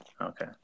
Okay